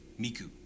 Miku